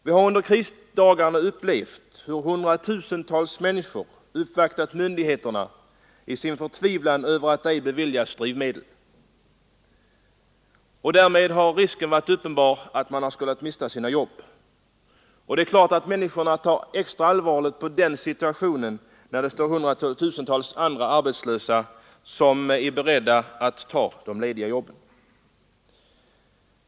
Vi har under krisdagarna upplevt hur hundratusentals människor uppvaktat myndigheterna i sin förtvivlan över att inte ha beviljats drivmedel. Därmed har risken varit uppenbar för att många skulle mista sina jobb, och det är klart att sådana människor är speciellt oroade av en sådan situation när det står hundratusentals arbetslösa beredda att ta över de lediga jobben.